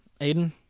Aiden